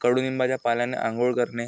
कडुनिंबाच्या पाल्याने आंघोळ करणे